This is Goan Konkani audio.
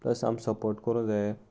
प्लस आमी सपोर्ट करूं जाय